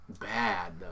bad